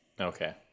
Okay